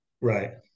Right